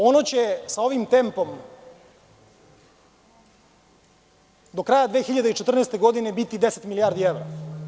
Ono će sa ovim tempom do kraja 2014. godine biti 10 milijardi evra.